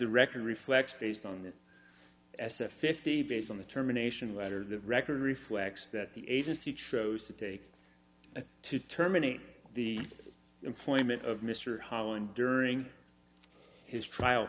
the record reflects based on that as a fifty based on the terminations letter the record reflects that the agency tros to take to terminate the employment of mr hollande during his trial